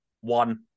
One